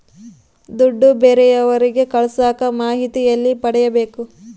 ದುಡ್ಡು ಬೇರೆಯವರಿಗೆ ಕಳಸಾಕ ಮಾಹಿತಿ ಎಲ್ಲಿ ಪಡೆಯಬೇಕು?